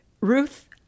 Ruth